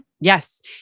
Yes